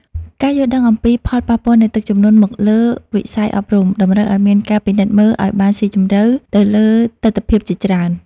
ការយល់ដឹងអំពីផលប៉ះពាល់នៃទឹកជំនន់មកលើវិស័យអប់រំ តម្រូវឱ្យមានការពិនិត្យមើលឱ្យបានស៊ីជម្រៅទៅលើទិដ្ឋភាពជាច្រើន។